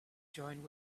join